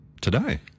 Today